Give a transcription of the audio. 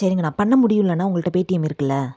சரிங்கண்ணா பண்ண முடியல்லனா உங்கள்கிட்ட பேடிஎம் இருக்கில்ல